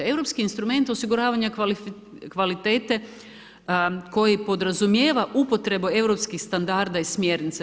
Europski instrument osiguravanja kvalitete koji podrazumijeva upotrebu europskih standarda i smjernica.